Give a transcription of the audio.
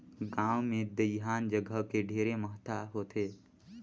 गांव मे दइहान जघा के ढेरे महत्ता होथे